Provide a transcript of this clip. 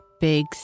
Big